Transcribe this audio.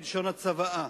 כלשון הצוואה.